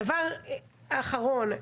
דבר אחרון,